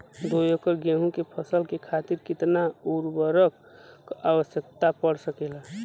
दो एकड़ गेहूँ के फसल के खातीर कितना उर्वरक क आवश्यकता पड़ सकेल?